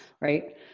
right